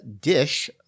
Dish